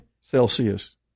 Celsius